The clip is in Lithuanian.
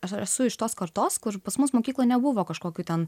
ar esu iš tos kartos kur pas mus mokykloj nebuvo kažkokių ten